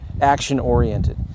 action-oriented